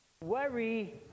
Worry